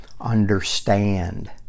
understand